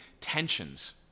tensions